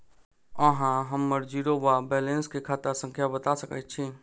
अहाँ हम्मर जीरो वा बैलेंस केँ खाता संख्या बता सकैत छी?